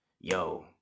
yo